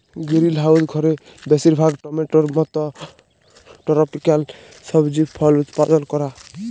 greenhouse ঘরে বেশিরভাগ টমেটোর মত টরপিক্যাল সবজি ফল উৎপাদল ক্যরা